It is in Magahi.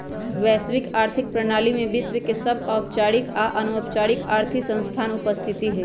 वैश्विक आर्थिक प्रणाली में विश्व के सभ औपचारिक आऽ अनौपचारिक आर्थिक संस्थान उपस्थित हइ